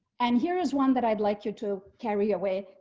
and here is one that i'd like you to carry away.